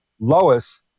Lois